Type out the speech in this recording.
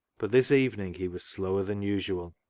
but this evening he was slower than usual.